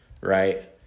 right